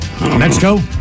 Mexico